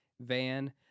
van